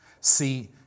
See